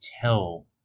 tell